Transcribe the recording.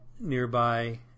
nearby